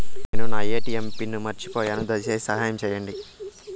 నేను నా ATM pin మర్చిపోయాను, దయచేసి సహాయం చేయండి